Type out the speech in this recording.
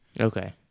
Okay